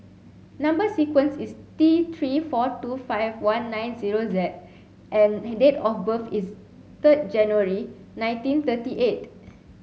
number sequence is T three four two five one nine zero Z and her date of birth is third January nineteen thirty eight